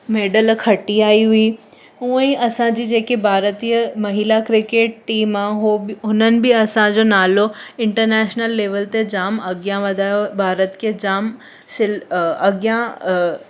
medal खटी आई हुई हूंअं ईं असांजी जेके भारतीय महिला क्रिकेट टीम आहे हो हुननि बि असांजो नालो इंटरनेशनल लेवल ते जामु अॻियां वधायो भारत खे जामु शिल अ अॻियां अ